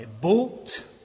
Bolt